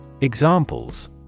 Examples